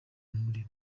murima